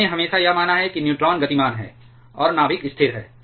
हमने हमेशा यह माना है कि न्यूट्रॉन गतिमान है और नाभिक स्थिर है